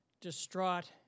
distraught